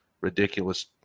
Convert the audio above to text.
ridiculous